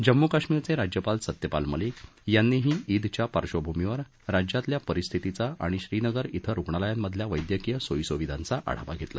जम्मू काश्मिरचे राज्यपाल सत्यपाल मलिक यांनीही ईदच्या पार्श्वभूमीवर राज्यातल्या परिस्थितीचा आणि श्रीनगर क्वे रुग्णालयांमधल्या वैद्यकीय सोयीसुविधांचा आढावा घेतला